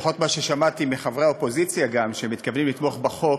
לפחות לפי מה ששמעתי גם מחברי האופוזיציה שמתכוונים לתמוך בחוק,